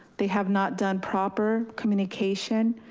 they have not done proper communication,